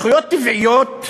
זכויות טבעיות,